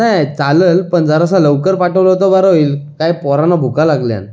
नाही चालंल पण जरासं लवकर पाठवलं तर बरं होईल काय पोरांना भुका लागल्यान